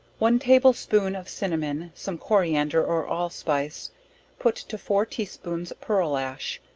one table spoon of cinnamon, some coriander or allspice, put to four tea spoons pearl ash,